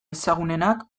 ezagunenak